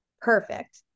Perfect